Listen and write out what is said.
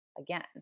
again